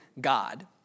God